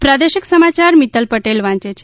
પ્રાદેશિક સમાચાર મિત્તલ પટેલ વાંચે છે